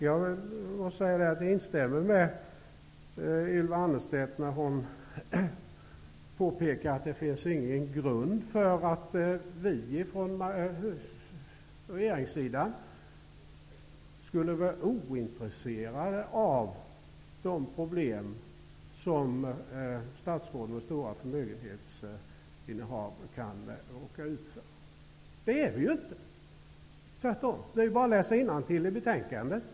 Jag instämmer med Ylva Annerstedt när hon påpekar att det inte finns någon grund för att påstå att vi från regeringssidan skulle vara ointresserade av de problem som statsråd med stora förmögenhetsinnehav kan råka ut för. Det är vi inte, utan tvärtom. Det är bara att läsa innantill i betänkandet.